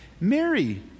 Mary